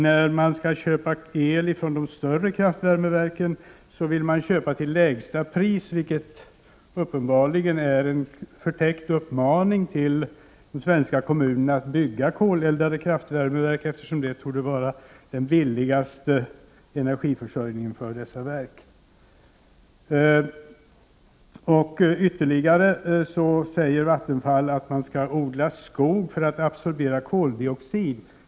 När man skall köpa el från de större kraftvärmeverken vill man köpa till lägsta pris, vilket uppenbarligen är en förtäckt uppmaning till de svenska kommunerna att bygga koleldade kraftvärmeverk, eftersom det torde vara den billigaste energiförsörjningen för sådana verk. Ytterligare säger Vattenfall att man skall odla skog för att absorbera koldioxid.